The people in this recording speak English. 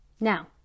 Now